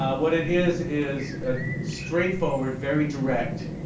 ah what it is, is a straight-forward, very direct